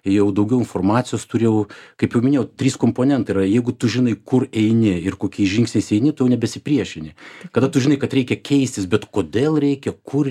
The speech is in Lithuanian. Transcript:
jau daugiau informacijos turėjau kaip jau minėjau trys komponentai yra jeigu tu žinai kur eini ir kokiais žingsniais eini tu nebesipriešini kada tu žinai kad reikia keistis bet kodėl reikia kur